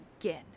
again